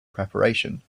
preparation